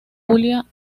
julia